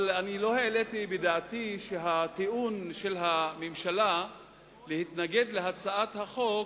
העליתי בדעתי שהטיעון של הממשלה להתנגד להצעת החוק,